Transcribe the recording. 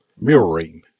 Mirroring